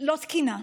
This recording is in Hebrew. לא תקינה.